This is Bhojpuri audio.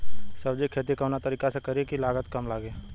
सब्जी के खेती कवना तरीका से करी की लागत काम लगे?